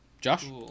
Josh